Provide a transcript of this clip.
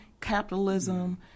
capitalism